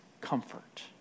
comfort